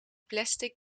plastic